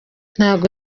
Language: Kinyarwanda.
ntabwo